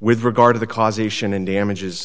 with regard to the causation and damages